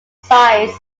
size